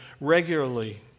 regularly